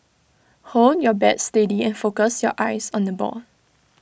hold your bat steady and focus your eyes on the ball